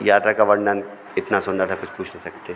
यात्रा का वर्णन इतना सुंदर है कुछ पूछ नहीं सकते